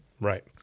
Right